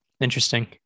Interesting